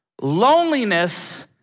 Loneliness